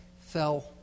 fell